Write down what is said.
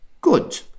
good